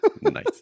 nice